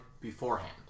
beforehand